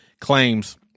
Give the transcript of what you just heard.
claims